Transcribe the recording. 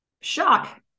shock